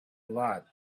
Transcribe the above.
lot